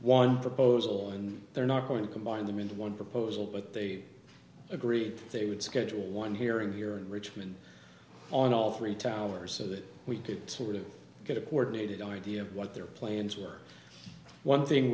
one proposal and they're not going to combine them into one proposal but they agreed they would schedule one hearing here in richmond on all three towers so that we could sort of get word needed an idea of what their plans were one thing